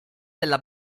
della